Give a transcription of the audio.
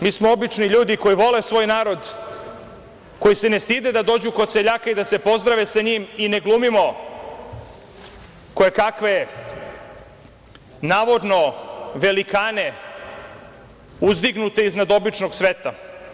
Mi smo obični ljudi koji vole svoj narod, koji se ne stide da dođu kod seljaka i da se pozdrave sa njim i ne glumimo kojekakve navodno velikane uzdignute iznad običnog sveta.